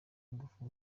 ingufu